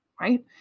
Right